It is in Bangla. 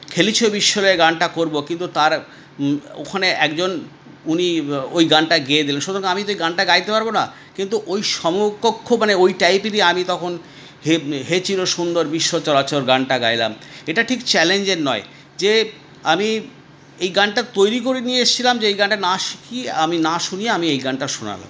খেলি ছবির সুরে গানটা করব কিন্তু তার ওখানে একজন উনি ওই গানটা গেয়ে দিলেন সুতরাং আমি তো ওই গানটা গাইতে পারব না কিন্তু ওই সমকক্ষ মানে ওই টাইপেরই আমি তখন হে হে চিরসুন্দর বিশ্বচরাচর গানটা গাইলাম এটা ঠিক চ্যালেঞ্জের নয় যে আমি এই গানটা তৈরি করে নিয়ে এসছিলাম যে এই গানটা না শিখিয়ে আমি না শুনিয়ে আমি এই গানটা শোনালাম